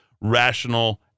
rational